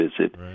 visit